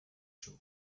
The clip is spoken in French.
chaud